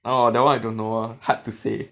orh that one I don't know ah hard to say